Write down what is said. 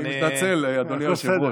אני מתנצל, אדוני היושב-ראש.